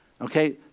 okay